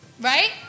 right